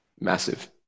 Massive